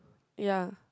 ya